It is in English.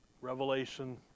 Revelation